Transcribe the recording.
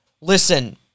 listen